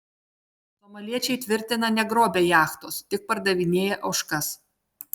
somaliečiai tvirtina negrobę jachtos tik pardavinėję ožkas